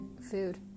food